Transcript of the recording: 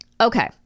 okay